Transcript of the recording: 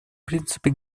принципе